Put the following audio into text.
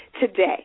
today